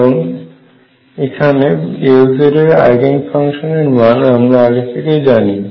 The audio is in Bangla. কারণ এখানে Lz এর আইগেন ফাংশানের মান আমরা আগে থেকেই জানি